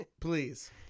please